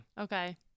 Okay